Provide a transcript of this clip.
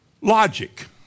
Logic